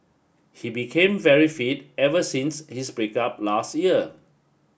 he became very fit ever since his break up last year